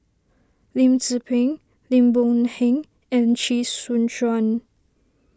Lim Tze Peng Lim Boon Heng and Chee Soon Juan